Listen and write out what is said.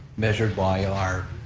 measured by our